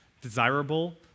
desirable